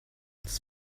das